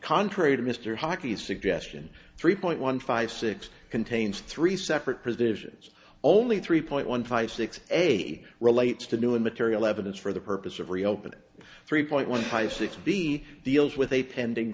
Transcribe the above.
contrary to mr hockey's suggestion three point one five six contains three separate positions only three point one five six a relates to new material evidence for the purpose of reopening three point one five six b deals with a pending